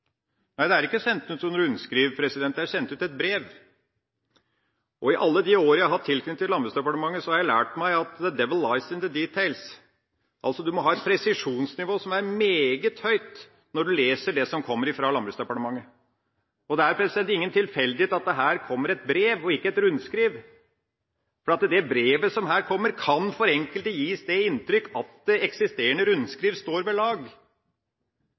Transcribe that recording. Nei, det er ikke sendt ut noe rundskriv, det er sendt ut et brev. I alle de år jeg har hatt tilknytning til Landbruksdepartementet, har jeg lært meg at «the devil lies in the details» – altså at man må ha et presisjonsnivå som er meget høyt når man leser det som kommer fra Landbruksdepartementet. Og det er ingen tilfeldighet at det her kommer et brev, og ikke et rundskriv, for det brevet som her kommer, kan for enkelte gi det inntrykk at det eksisterende rundskriv står ved lag.